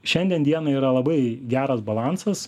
šiandien dienai yra labai geras balansas